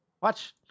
Watch